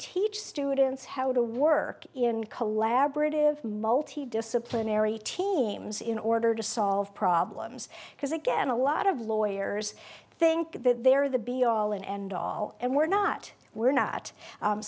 teach students how to work in collaborative multi disciplinary teams in order to solve problems because again a lot of lawyers think that they're the be all and end all and we're not we're not